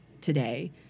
today